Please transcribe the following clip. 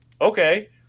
Okay